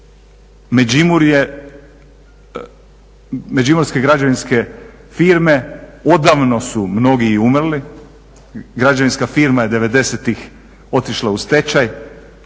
međimurje, međimurske građevinske firme odavno su mnogi i umrli, građevinska firma je 90. otišla u stečaj,